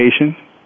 Education